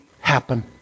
happen